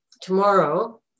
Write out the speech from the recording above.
Tomorrow